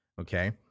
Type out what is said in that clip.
okay